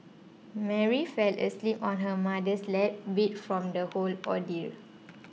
Mary fell asleep on her mother's lap beat from the whole ordeal